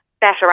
better